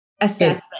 Assessment